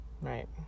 Right